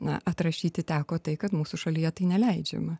na atrašyti teko tai kad mūsų šalyje tai neleidžiama